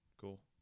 Cool